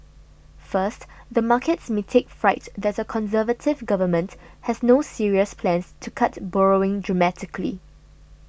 first the markets may take fright that a Conservative government has no serious plans to cut borrowing dramatically